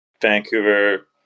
Vancouver